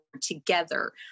together